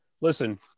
listen